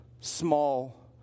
small